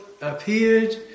appeared